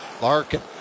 Larkin